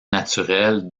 naturel